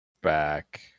back